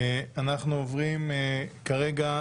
התשכ"ח-1968.